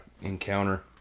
encounter